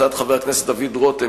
הצעת חבר הכנסת דוד רותם,